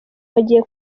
bagiye